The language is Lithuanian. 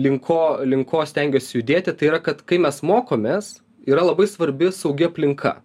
link ko link ko stengiuos judėti tai yra kad kai mes mokomės yra labai svarbi saugi aplinka